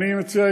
אני מציע,